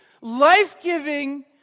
life-giving